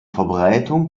verbreitung